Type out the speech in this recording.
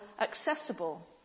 accessible